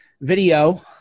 video